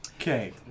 Okay